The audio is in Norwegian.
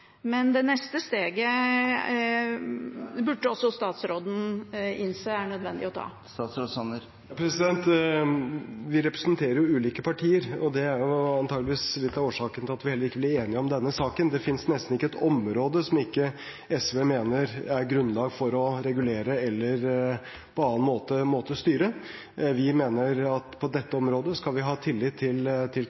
nødvendig å ta. Vi representerer ulike partier, og det er antageligvis litt av årsaken til at vi heller ikke blir enige om denne saken. Det finnes nesten ikke et område som ikke SV mener er grunnlag for å regulere eller på annen måte styre. Vi mener at på dette området skal vi ha tillit til